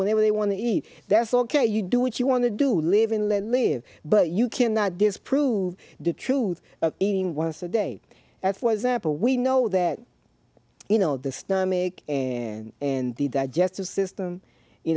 whatever they want to eat that's ok you do what you want to do live in let live but you cannot disprove the truth even once a day for example we know that you know the stomach and and the digestive system you